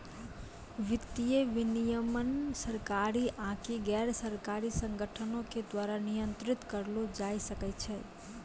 वित्तीय विनियमन सरकारी आकि गैरसरकारी संगठनो के द्वारा नियंत्रित करलो जाय सकै छै